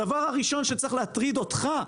הדבר הראשון שצריך להטריד אותך,